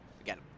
again